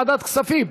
ועדת הכספים.